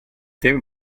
temi